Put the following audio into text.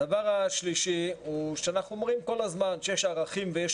אנחנו כל הזמן אומרים שיש ערכים ויש